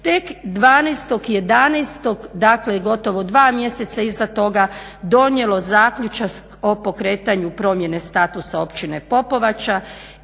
tek 12.11.dakle gotovo dva mjeseca iza toga donijelo zaključak o pokretanju promjene statusa općine Popovača